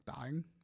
dying